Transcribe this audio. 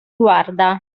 guarda